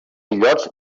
illots